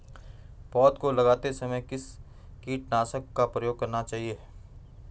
पौध को उगाते समय किस कीटनाशक का प्रयोग करना चाहिये?